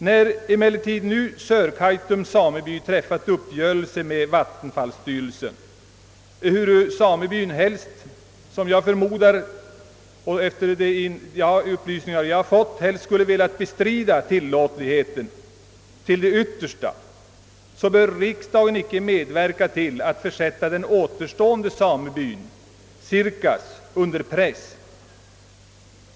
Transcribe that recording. När emellertid nu Sörkaitum sameby träffat uppgörelse med vattenfallsstyrelsen, ehuru samebyn helst, som jag förmodar och efter de upplysningar jag har fått, skulle vilja bestrida tillåtligheten till det yttersta, så bör riksdagen inte medverka till att försätta den återstående samebyn Sirkas under press.